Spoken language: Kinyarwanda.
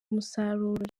umusaruro